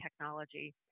technology